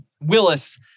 Willis